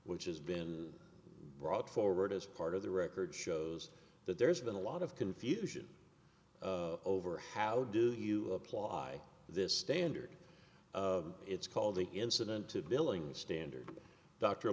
which has been brought forward as part of the record shows that there's been a lot of confusion over how do you apply this standard of it's called the incident to billing standard dr